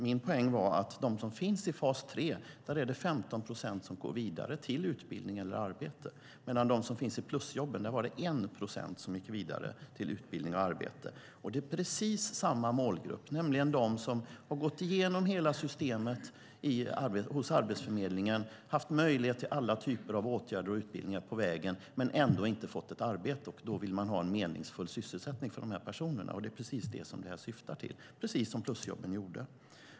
Min poäng var att 15 procent av dem som är i fas 3 går vidare till utbildning eller arbete. Av dem som fick plusjobb var det 1 procent som gick vidare till utbildning och arbete. Det är precis samma målgrupp, nämligen de som har gått igenom hela systemet hos Arbetsförmedlingen och haft möjlighet till alla typer av åtgärder och utbildningar på vägen men ändå inte fått ett arbete. Då vill man ha en meningsfull sysselsättning för de här personerna. Det är precis det som det här syftar till, precis som plusjobben gjorde.